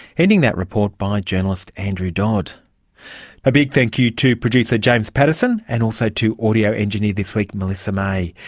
ending that report by journalist andrew dodd. a big thank you to producer james pattison, and also to audio engineer this week melissa may.